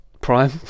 Prime